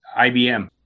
IBM